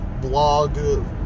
blog